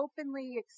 openly